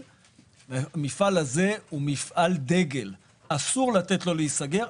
המפעל הזה הוא מפעל דגל שאסור לתת לו להיסגר,